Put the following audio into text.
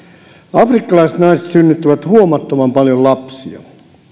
afrikkalaiset naiset synnyttävät huomattavan paljon lapsia